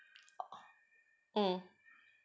mm